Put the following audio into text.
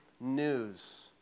news